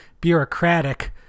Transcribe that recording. bureaucratic